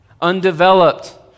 undeveloped